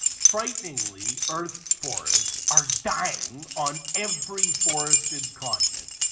frighteningly, earth's forests are dying on every forested continent,